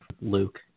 Luke